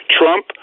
Trump